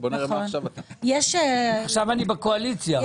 עכשיו אני בקואליציה.